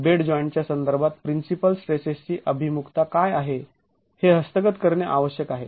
bed joint च्या संदर्भात principal स्ट्रेसेसची अभिमुखता काय आहे हे हस्तगत करणे आवश्यक आहे